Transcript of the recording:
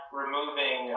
removing